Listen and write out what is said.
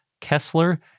Kessler